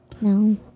No